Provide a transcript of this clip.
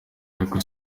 aho